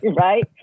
right